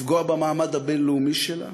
לפגוע במעמד הבין-לאומי שלה,